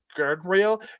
guardrail